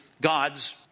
God's